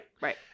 Right